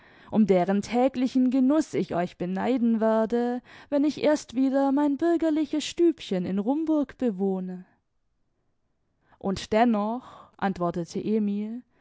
um deren täglichen genuß ich euch beneiden werde wenn ich erst wieder mein bürgerliches stübchen in rumburg bewohne und dennoch antwortete emil